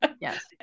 Yes